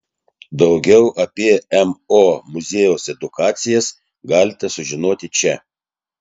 daugiau apie mo muziejaus edukacijas galite sužinoti čia